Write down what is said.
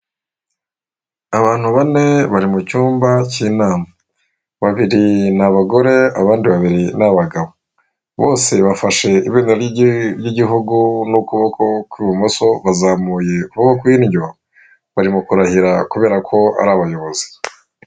Abantu bane bari mu icyumba cy'inama babiri ni abagore abandi babiri ni abagabo bose bafashe ibendera ry'igihugu n'ukuboko kw'ibumoso bazamuye ukuboko kw'indyo bari mu kurahira kubera ko ari abayobozi.